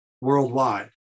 worldwide